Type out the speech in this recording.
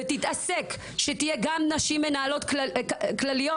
ותתעסק שתהיה גם נשים מנהלות כלליות,